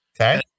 Okay